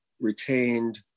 retained